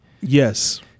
Yes